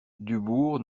dubourg